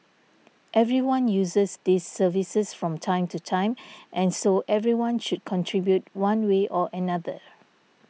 everyone uses these services from time to time and so everyone should contribute one way or another